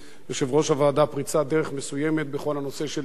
פריצת דרך מסוימת בכל הנושא של טיפול אלטרנטיבי,